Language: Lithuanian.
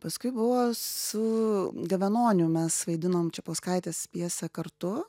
paskui buvo su gavenoniu mes vaidinom čepauskaitės pjesę kartu